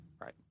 Right